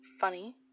funny